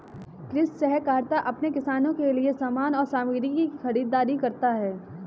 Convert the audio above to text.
कृषि सहकारिता अपने किसानों के लिए समान और सामग्री की खरीदारी करता है